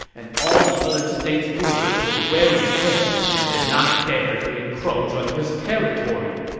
and all the other states' rulers were weary of him and did not dare to encroach on his territory,